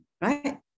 right